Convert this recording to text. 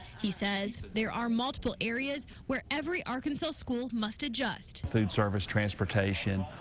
he says there are multiple areas where every arkansas school must adjust. food service, transportation,